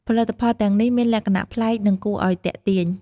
ផលិតផលទាំងនេះមានលក្ខណៈប្លែក និងគួរឲ្យទាក់ទាញ។